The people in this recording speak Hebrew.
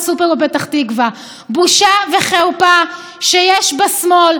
בושה וחרפה שיש בשמאל אנשים שמדברים,